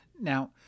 Now